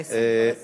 ההישג, כבר השגת.